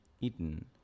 eaten